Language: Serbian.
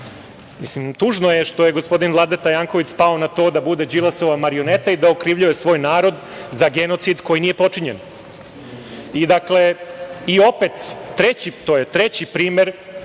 Mislim tužno je što je gospodin Vladeta Janković spao na to da bude Đilasova marioneta i da okrivljuje svoj narod za genocid koji nije počinjen. To je treći primer